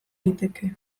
liteke